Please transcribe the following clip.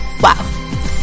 Wow